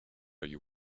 you